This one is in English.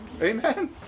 Amen